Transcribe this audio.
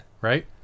Right